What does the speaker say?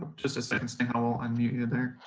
just a second, sneha, i'll unmute you there.